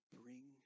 bring